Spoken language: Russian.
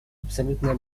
абсолютное